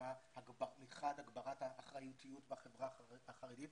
מחד הגברת האחריותיות בחברה החרדית,